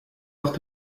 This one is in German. oft